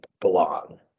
belong